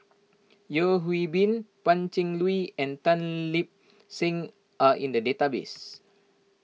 Yeo Hwee Bin Pan Cheng Lui and Tan Lip Seng are in the database